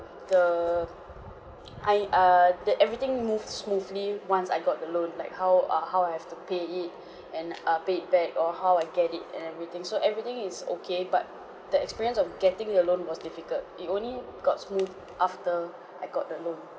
the I err the everything moves smoothly once I got the loan like how err how I have to pay it and uh pay it back or how I get it and everything so everything is okay but the experience of getting the loan was difficult it only got smooth after I got the loan